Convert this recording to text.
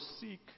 seek